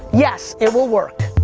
yes, it will work.